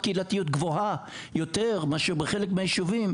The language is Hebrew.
קהילתיות גבוהה יותר מאשר בחלק מהיישובים,